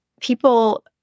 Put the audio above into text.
people